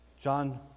John